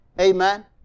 Amen